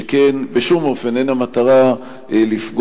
שכן מטרתה אינה בשום אופן לפגוע